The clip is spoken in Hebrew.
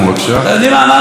אתם יודעים מה אמרתי לה?